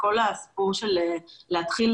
כל הסיפור של להתחיל